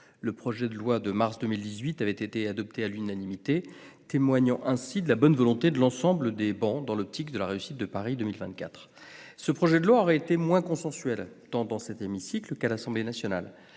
Le projet de loi de mars 2018 avait été adopté à l'unanimité, témoignant ainsi de la bonne volonté de l'ensemble de ceux qui siègent sur ces travées dans l'optique de la réussite de Paris 2024. Ce projet de loi aura été moins consensuel, tant dans cet hémicycle qu'à l'Assemblée nationale.